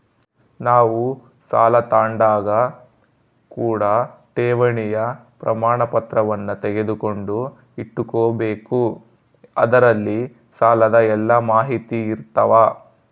ನಾವು ಸಾಲ ತಾಂಡಾಗ ಕೂಡ ಠೇವಣಿಯ ಪ್ರಮಾಣಪತ್ರವನ್ನ ತೆಗೆದುಕೊಂಡು ಇಟ್ಟುಕೊಬೆಕು ಅದರಲ್ಲಿ ಸಾಲದ ಎಲ್ಲ ಮಾಹಿತಿಯಿರ್ತವ